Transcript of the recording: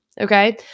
Okay